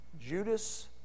Judas